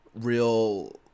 real